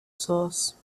source